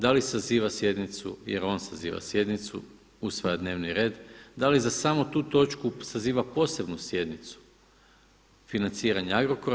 Da li saziva sjednicu, jel on saziva sjednicu, usvaja dnevni red, da li za samo tu točku saziva posebnu sjednicu financiranja Agrokora?